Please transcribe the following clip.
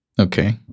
okay